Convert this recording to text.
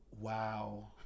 Wow